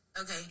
Okay